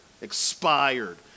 Expired